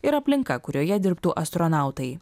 ir aplinka kurioje dirbtų astronautai